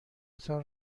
تان